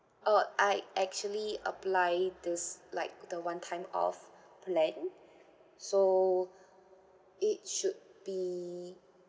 oh I actually applied this like the one time off plan so it should be